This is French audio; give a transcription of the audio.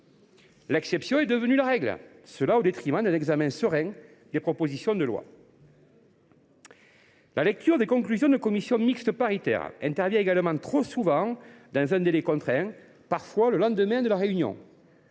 l’exception est devenue la règle, au détriment d’un examen serein des textes de loi. La lecture des conclusions des commissions mixtes paritaires (CMP) intervient également trop souvent dans un délai contraint, parfois le lendemain de la réunion.